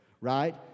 right